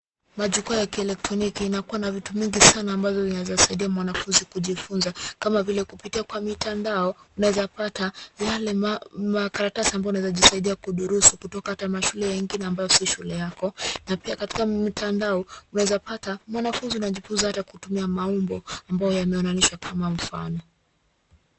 Majukwaa ya kielektroniki inakuwa na vitu mingi sana ambavyo ninaweza saidia mwanafunzi kujifunza kama vile kupitia kwa mitandao unaweza pata yale makaratasi ambayo unaweza kujisaidia kudurusu kutoka ama shule wengi na ambayo si shule yako na pia katika mitandao unaweza pata mwanafunzi unajifunza hata kutumia maumbo ambayo yameunganishwa kama mfano.